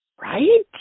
Right